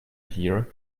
here